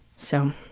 so,